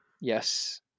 Yes